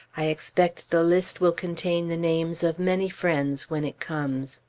i expect the list will contain the names of many friends when it comes.